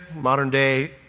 modern-day